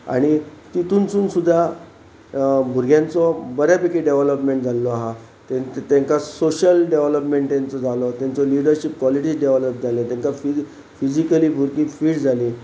आनी तितूनसून सुद्दा भुरग्यांचो बऱ्या पैकी डेवलपमेंट जाल्लो आसा ते तांकां सोशल डेवलॉपमेंट तेंचो जालो तेंचो लिडरशीप क्लाटीज डेवलोप जाले तांकां फिजिकली भुरगीं फीट जाली